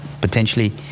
potentially